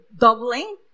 doubling